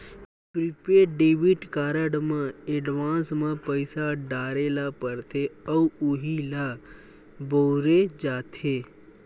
prepaid debit card म advance म पइसा डारे ल परथे अउ उहीं ल बउरे जाथे